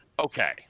Okay